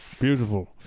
Beautiful